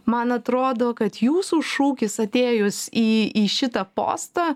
man atrodo kad jūsų šūkis atėjus į į šitą postą